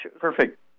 Perfect